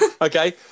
Okay